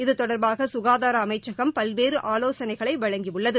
இது தொடர்பாக சுகாதார அமைச்சகம் பல்வேறு ஆலோசனைகளை வழங்கியுள்ளது